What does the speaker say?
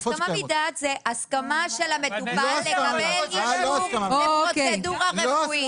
הסכמה מדעת זאת הסכמה של המטופל לקבל אישור לפרוצדורה רפואית.